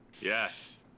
Yes